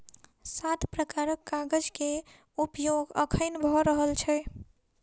सात प्रकारक कागज के उपयोग अखैन भ रहल छै